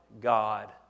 God